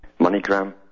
MoneyGram